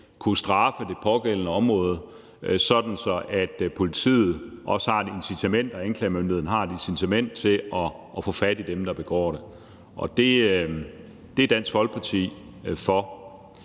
kunne straffe på det pågældende område, så politiet og anklagemyndigheden også har et incitament til at få fat i dem, der begår det? Det er Dansk Folkeparti for,